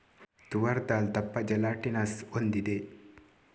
ತೂವರ್ ದಾಲ್ ದಪ್ಪ ಜೆಲಾಟಿನಸ್ ಹೊಂದಿದೆ